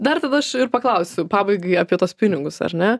dar tada aš ir paklausiu pabaigai apie tuos pinigus ar ne